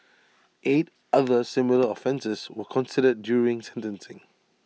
eight other similar offences were considered during sentencing